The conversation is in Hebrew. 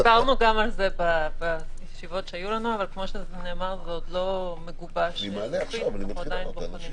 גם האפליקציה או כל כלי אחר צריך לתת אותה לאנשים,